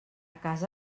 casa